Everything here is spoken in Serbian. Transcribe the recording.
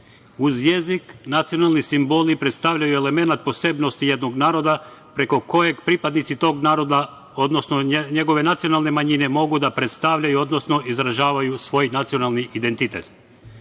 uz jezik, nacionalni simboli predstavljaju elemenat posebnosti jednog naroda preko kojeg pripadnici tog naroda, odnosno njegove nacionalne manjine mogu da predstavljaju, odnosno izražavaju svoj nacionalni identitet. Polazeći